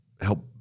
help